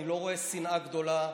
אני לא רואה שנאה גדולה,